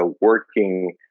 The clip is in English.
working